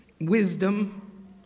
wisdom